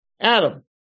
Adam